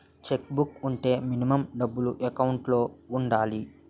Check book వుంటే minimum డబ్బులు account లో ఉండాలి?